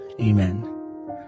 amen